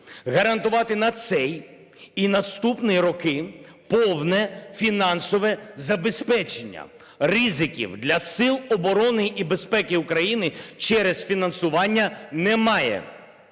гарантувати на цей і наступний роки повне фінансове забезпечення, ризиків для сил оборони і безпеки України через фінансування немає.